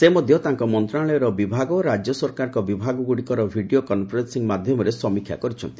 ସେ ମଧ୍ୟ ତାଙ୍କ ମନ୍ତ୍ରଣାଳୟର ବିଭାଗ ଓ ରାଜ୍ୟ ସରକାରଙ୍କର ବିଭାଗଗୁଡ଼ିକର ଭିଡ଼ିଓ କନ୍ଫରେନ୍ସିଂ ମାଧ୍ୟମରେ ସମୀକ୍ଷା କରିଛନ୍ତି